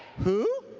who?